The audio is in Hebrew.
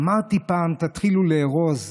אמרתי פעם: תתחיל לארוז.